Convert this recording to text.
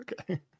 Okay